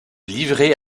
livrés